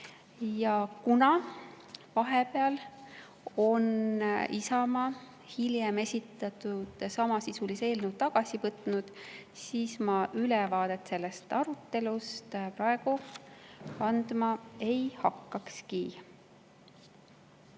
kuna vahepeal on Isamaa hiljem esitatud samasisulise eelnõu tagasi võtnud, siis ma ülevaadet sellest arutelust praegu andma ei hakkaks.